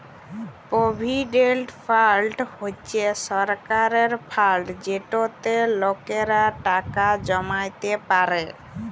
provident fund হছে সরকারের fund যেটতে লকেরা টাকা জমাইতে পারে